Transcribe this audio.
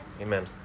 Amen